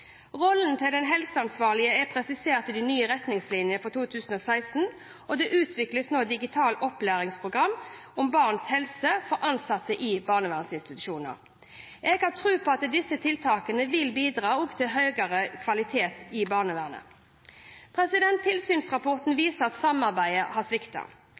Rollen til den helseansvarlige er presisert i de nye retningslinjene fra 2016, og det utvikles nå et digitalt opplæringsprogram om barns helse for ansatte i barnevernsinstitusjoner. Jeg har tro på at disse tiltakene vil bidra til høyere kvalitet i barnevernet. Tilsynsrapporten viser at samarbeidet har